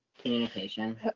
communication